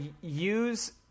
use